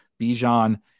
Bijan